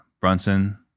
Brunson